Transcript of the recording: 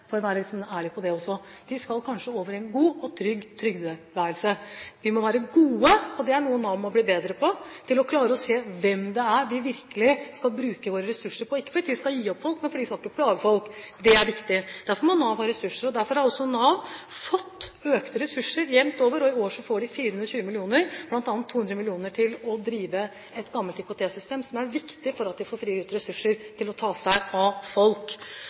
for å være ærlig på det også. De skal kanskje over i en god og trygg trygdetilværelse. Ordningene må være gode, og det er noe Nav må bli bedre på: å klare å se hvem det er vi virkelig skal bruke våre ressurser på – ikke for at vi skal gi opp folk, for vi skal ikke plage folk, det er viktig. Derfor må Nav ha ressurser, og derfor har også Nav fått økte ressurser jevnt over. I år får de 420 mill. kr, bl.a. 200 mill. kr til å drive et gammelt IKT-system, noe som er viktig for å få frigitt ressurser til at Nav kan ta seg av folk.